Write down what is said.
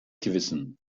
gewissen